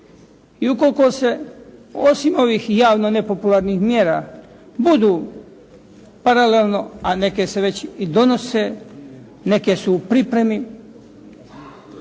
I ukoliko se osim ovih javno nepopularnih mjera budu paralelno, a neke se već i donose, neke su već u pripremi,